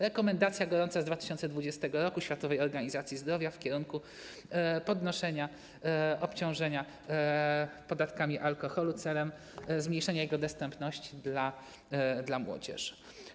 Rekomendacja gorąca z 2020 r. Światowej Organizacji Zdrowia w kierunku zwiększania obciążenia podatkami alkoholu celem zmniejszenia jego dostępności dla młodzieży.